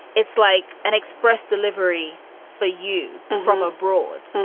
it's like an express delivery for you from abroad.